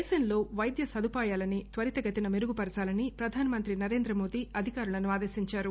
దేశంలో వైద్య సదుపాయాలని త్వరిత గతిన మెరుగుపరచాలని ప్రధానమంత్రి నరేంద్ర మోదీ అధికారులను ఆదేశించారు